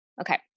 Okay